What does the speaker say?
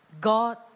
God